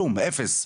כלום, אפס.